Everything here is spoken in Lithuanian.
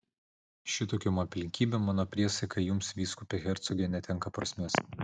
šitokiom aplinkybėm mano priesaika jums vyskupe hercoge netenka prasmės